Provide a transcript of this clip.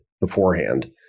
beforehand